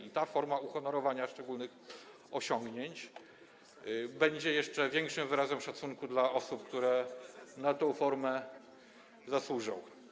I ta forma uhonorowania szczególnych osiągnięć będzie jeszcze większym wyrazem szacunku dla osób, które na tę formę zasłużą.